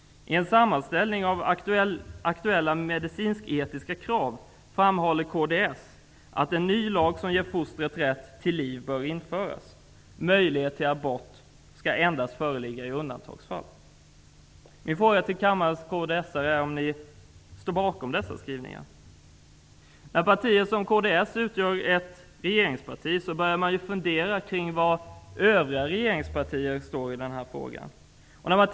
I en sammanställning av aktuella medicinsk--etiska krav framhåller kds att en ny lag bör införas som ger fostret rätt till liv. Möjlighet till abort skall endast föreligga i undantagsfall. Min fråga till kammarens kds-are är om de står bakom dessa skrivningar. Eftersom kds är ett regeringsparti, börjar man fundera över var övriga regeringspartier står i den här frågan.